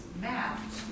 mapped